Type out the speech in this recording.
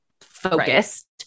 focused